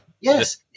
Yes